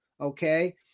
okay